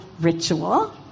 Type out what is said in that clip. ritual